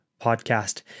Podcast